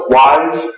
wise